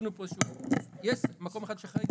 יש מקום אחד שחריג,